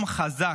עם חזק,